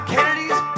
Kennedy's